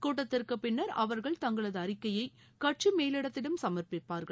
கூட்டத்திற்கு பின்னா் அவா்கள் தங்களது அறிக்கையை கட்சி மேலிடத்திடம் சமா்ப்பிப்பார்கள்